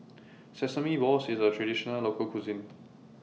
Sesame Balls IS A Traditional Local Cuisine